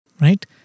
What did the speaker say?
Right